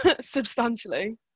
substantially